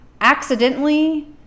accidentally